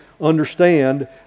understand